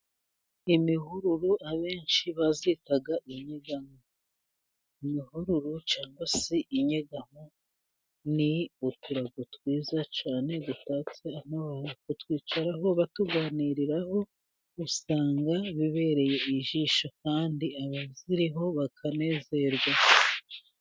Imihururu abenshi bazitaga inyegamo. Mu mihururu cyangwa se inyegamo, ni uturago twiza cyane dutatse amabara, kutwicaraho batuganiriraraho usanga bibereye ijisho, kandi abaziriho bakanezerwa.